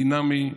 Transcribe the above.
דינמי,